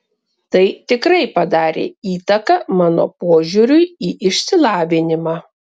tai tikrai padarė įtaką mano požiūriui į išsilavinimą